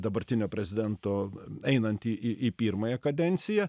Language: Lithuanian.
dabartinio prezidento einant į į į pirmąją kadenciją